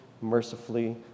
mercifully